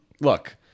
look